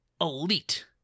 elite